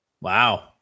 Wow